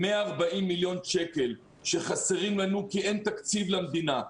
140 מיליון שקל שחסרים לנו כי אין תקציב למדינה,